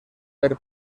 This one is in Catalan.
per